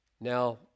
now